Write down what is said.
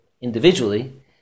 individually